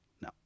No